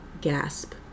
gasp